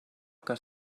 que